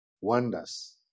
wonders